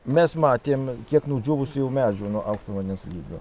mes matėm kiek nudžiūvusių jau medžių nuo au vandens lygio